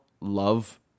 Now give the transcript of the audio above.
love